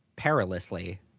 perilously